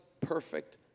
perfect